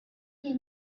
did